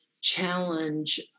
challenge